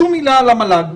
שום מילה על המל"ג.